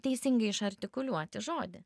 teisingai iš artikuliuoti žodį